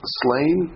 slain